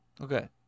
Okay